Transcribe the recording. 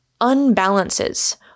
unbalances